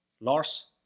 Lars